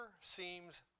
seems